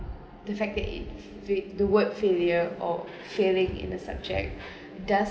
the fact that it read the word failure or failing in the subject does